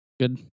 good